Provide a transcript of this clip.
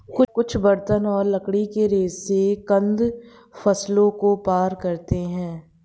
कुछ बर्तन और लकड़ी के रेशे कंद फसलों को पार करते है